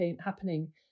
happening